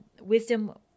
wisdom